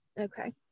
okay